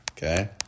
Okay